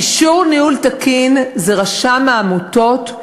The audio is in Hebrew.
אישור ניהול תקין זה רשם העמותות.